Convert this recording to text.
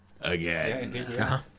Again